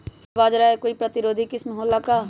का बाजरा के कोई प्रतिरोधी किस्म हो ला का?